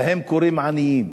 להם קוראים עניים